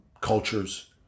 cultures